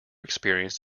experience